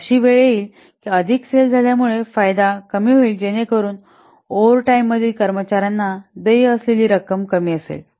तर अशी वेळ येईल की अधिक सेल्स झाल्या मुळे फायदा कमी होईल जेणेकरून ओव्हरटाइममधील कर्मचार्यांना देय रक्कम कमी असेल